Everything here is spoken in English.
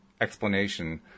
explanation